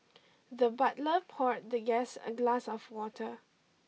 the butler poured the guest a glass of water